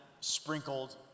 sprinkled